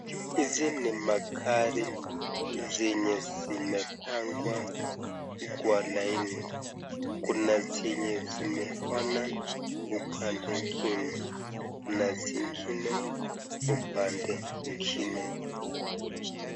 Hizi ni magari zenye zimepangwa kwa laini. Kuna zenye zimeona upande ingine na zingine upande ingine.